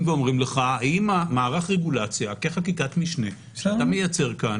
ואומרים האם מערך הרגולציה כחקיקת משנה שאתה מייצר כאן